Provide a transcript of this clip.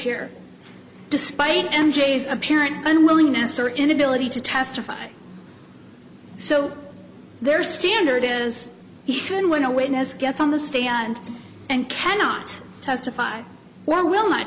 here despite m j is apparent unwillingness or inability to testify so their standard as he can when a witness gets on the stand and cannot testify or will not